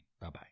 Bye-bye